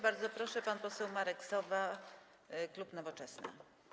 Bardzo proszę, pan poseł Marek Sowa, klub Nowoczesna.